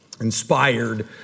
inspired